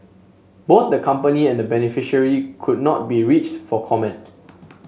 both the company and the beneficiary could not be reached for comment